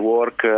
work